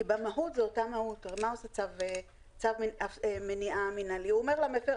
כי במהות זו אותה מהות הרי צו מניעה מינהלי אומר למפר,